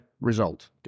result